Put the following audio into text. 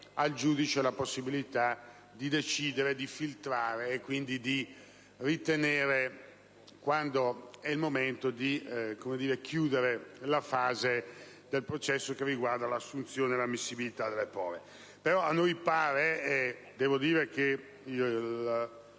al giudice la possibilità di decidere di filtrare e quindi di ritenere quand'è il momento di chiudere la fase del processo che riguarda l'assunzione e l'ammissibilità delle prove. Devo dire che